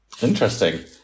Interesting